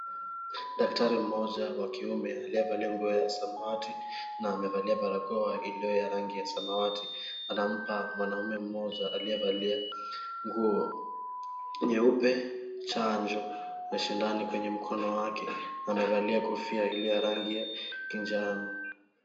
Daktari mmoja wa kiume aliyevalia nguo ya samawati na amevalia barakoa iliyo ya rangi ya samawati anampa mwanamume mmoja aliyevalia nguo nyeupe chanjo na sindano kwenye mkono wake. Amevalia kofia iliyo ya rangi ya kinjano.